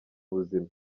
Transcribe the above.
buzima